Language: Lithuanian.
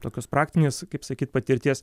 tokios praktinės kaip sakyt patirties